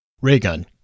Raygun